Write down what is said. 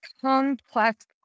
complex